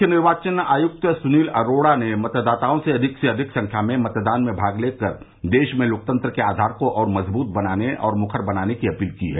मुख्य निर्वाचन आयुक्त सुनील अरोड़ा ने मतदाताओं से अधिक से अधिक संख्या में मतदान में भाग लेकर देश में लोकतंत्र के आधार को और मजबूत तथा मुखर बनाने की अपील की है